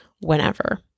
whenever